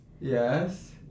Yes